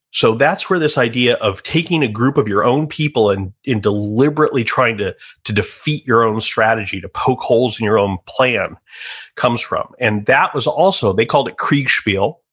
so, that's where this idea of taking a group of your own people and in deliberately trying to to defeat your own strategy to poke holes in your own plan comes from and that was also, they called it kriegspiel,